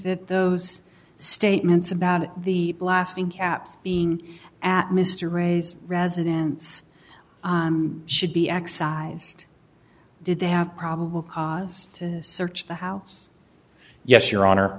that those statements about the blasting caps being at mr ray's residence should be excised did they have probable cause to search the house yes your honor